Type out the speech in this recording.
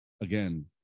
Again